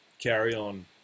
carry-on